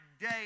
day